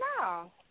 No